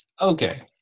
okay